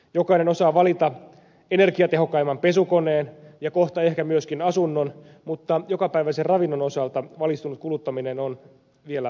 jokainen osaa valita energiatehokkaimman pesukoneen ja kohta ehkä myöskin asunnon mutta jokapäiväisen ravinnon osalta valistu nut kuluttaminen on vielä aika vaikeaa